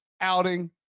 outing